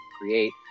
create